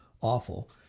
awful